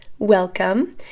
Welcome